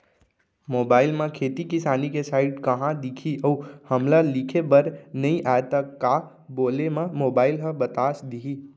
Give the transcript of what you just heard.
Mobile म खेती किसानी के साइट कहाँ दिखही अऊ हमला लिखेबर नई आय त का बोले म मोबाइल ह बता दिही?